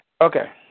Okay